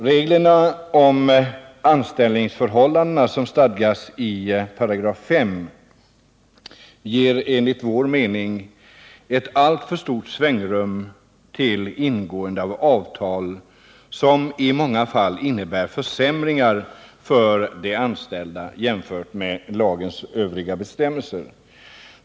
Reglerna om anställningsförhållanden som stadgas i 5§ ger enligt vår mening ett alltför stort svängrum för ingående av avtal, som i många fall innebär försämringar för de anställda jämfört med lagens bestämmelser.